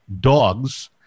dogs